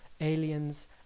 aliens